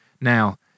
Now